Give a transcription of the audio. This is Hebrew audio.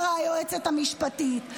אמרה היועצת המשפטית,